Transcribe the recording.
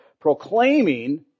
proclaiming